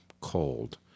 cold